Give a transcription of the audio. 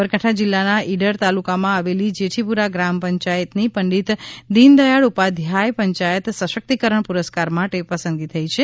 સાબરકાંઠા જિલ્લાના ઇડર તાલુકામાં આવેલી જેઠીપુરા ગ્રામ પંચાયતની પંડિત દીન દયાળ ઉપાધ્યાય પંચાયત સશક્તિકરણ પુરસ્કાર માટે પસંદગી થઈ છે